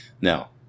Now